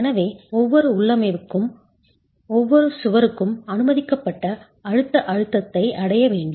எனவே ஒவ்வொரு உள்ளமைவுக்கும் ஒவ்வொரு சுவருக்கும் அனுமதிக்கப்பட்ட அழுத்த அழுத்தத்தை அடைய வேண்டும்